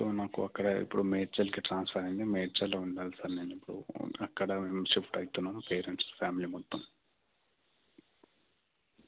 so నాకు అక్కడ ఇప్పుడు మేడ్చల్కి ట్రాన్స్ఫర్ అయ్యింది మేడ్చల్లో ఉండాలి సార్ నేను ఇప్పుడు అక్కడ మేము షిఫ్ట్ అవుతున్నాం పేరెంట్స్ ఫ్యామిలీ మొత్తం